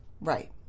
Right